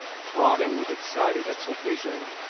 throbbing with excited exultation.